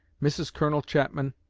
mrs. colonel chapman,